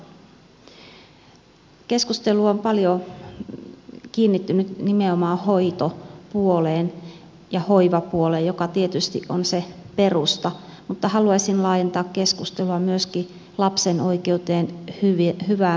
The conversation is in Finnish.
keskustelu on paljon kiinnittynyt nimenomaan hoitopuoleen ja hoivapuoleen joka tietysti on se perusta mutta haluaisin laajentaa keskustelua myöskin lapsen oikeuteen hyvään varhaiskasvatukseen